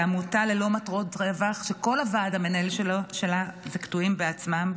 זו עמותה ללא מטרות רווח שכל הוועד המנהל שלה הם קטועים בעצמם,